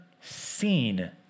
seen